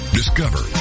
discover